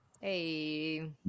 Hey